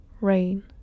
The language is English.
rain